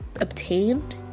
obtained